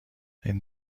این